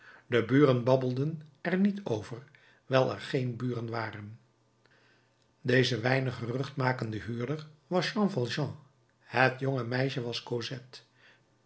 de buren babbelden er niet over wijl er geen buren waren deze weinig gerucht makende huurder was jean valjean het jonge meisje was